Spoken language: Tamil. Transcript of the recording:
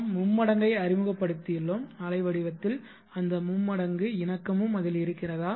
நாம் மும்மடங்கை அறிமுகப்படுத்தியுள்ளோம் அலைவடிவத்தில் அந்த மும்மடங்கு இணக்கமும் அதில் இருக்கிறதா